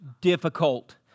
Difficult